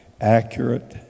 accurate